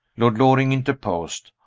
lord loring interposed.